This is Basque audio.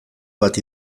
bat